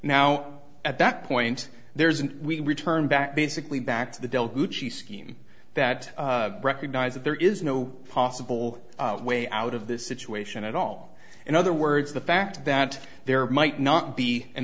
now at that point there's an we return back basically back to the bill gucci scheme that recognize that there is no possible way out of this situation at all in other words the fact that there might not be an